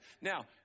Now